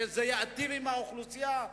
שייטיב עם האוכלוסייה,